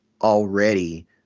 already